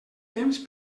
temps